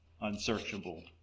unsearchable